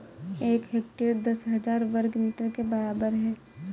एक हेक्टेयर दस हजार वर्ग मीटर के बराबर है